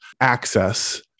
access